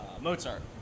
Mozart